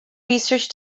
research